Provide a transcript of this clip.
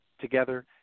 together